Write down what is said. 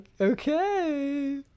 okay